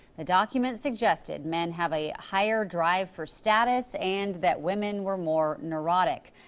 the document suggested men have a higher drive for status, and that women were more neurotic.